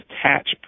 attach